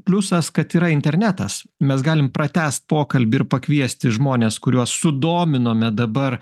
pliusas kad yra internetas mes galim pratęst pokalbį ir pakviesti žmones kuriuos sudominome dabar